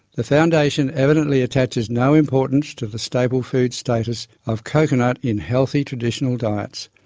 the foundation evidently attaches no importance to the staple food status of coconut in healthy traditional diets.